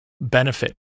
benefit